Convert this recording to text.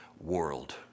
world